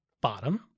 bottom